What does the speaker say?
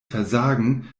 versagen